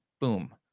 Boom